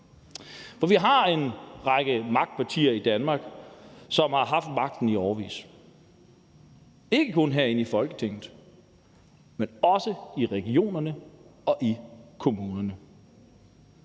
for vi har en række magtpartier i Danmark, som har haft magten i årevis – ikke kun herinde i Folketinget, men også i regionerne og i kommunerne.